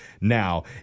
now